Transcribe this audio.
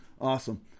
awesome